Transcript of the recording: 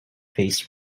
faced